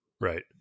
Right